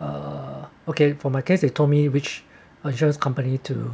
uh okay for my case they told me which are just company to